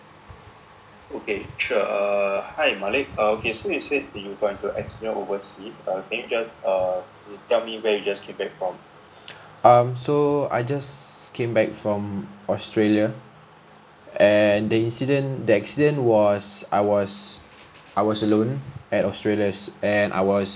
um so I just came back from australia and the incident that accident was I was I was alone at australia and I was